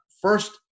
first